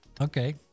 Okay